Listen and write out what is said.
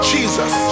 Jesus